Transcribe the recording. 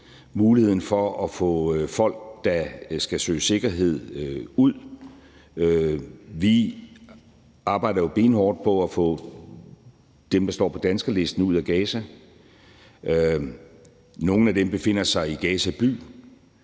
muligheden for at få folk, der søger at komme i sikkerhed, ud. Vi arbejder jo benhårdt på at få dem, der står på danskerlisten, ud af Gaza. Nogle af dem befinder sig i Gaza by.